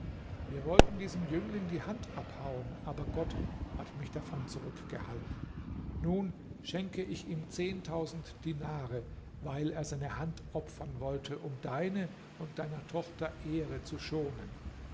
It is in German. wir wollten diesem jüngling die hand abhauen aber gott hat mich davon zurückgehalten nun schenke ich ihm zehntausend dinare weil er seine hand opfern wollte um deine und deiner tochter ehre zu schonen